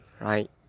right